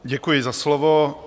Děkuji za slovo.